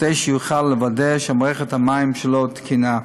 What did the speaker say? כדי שיוכלו לוודא שמערכת המים שלהם תקינה,